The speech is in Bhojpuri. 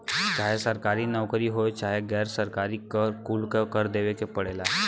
चाहे सरकारी नउकरी होये चाहे गैर सरकारी कर कुल पर देवे के पड़ला